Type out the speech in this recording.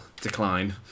decline